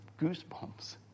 goosebumps